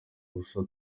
ubusa